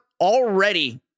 already